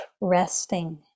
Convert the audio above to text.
resting